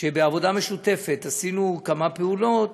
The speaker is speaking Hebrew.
שבעבודה משותפת עשינו כמה פעולות,